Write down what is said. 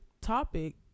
topic